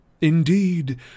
Indeed